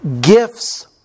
Gifts